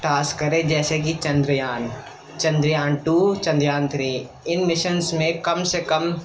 task کرے جیسے کہ چندریان چندریان ٹو چندریان تھری ان مشنس میں کم سے کم